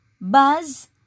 buzz